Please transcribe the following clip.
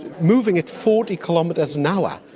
moving at forty kilometres an hour,